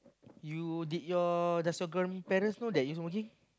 you did your does your girl me parents know that you know he